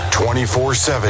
24-7